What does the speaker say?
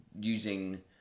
using